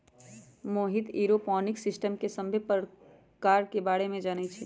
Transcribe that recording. Mohit aeroponics system के सभ्भे परकार के बारे मे जानई छई